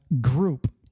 Group